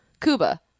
Cuba